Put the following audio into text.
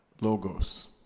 logos